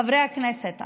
חברי הכנסת,